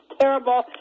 terrible